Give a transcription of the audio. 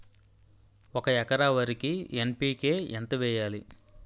ఒక ఎకర వరికి ఎన్.పి కే ఎంత వేయాలి?